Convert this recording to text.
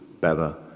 better